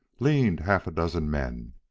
leaned half a dozen men,